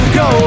go